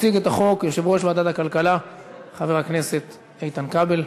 יציג את החוק יושב-ראש ועדת הכלכלה חבר הכנסת איתן כבל.